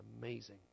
amazing